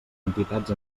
entitats